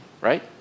right